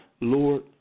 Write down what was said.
Lord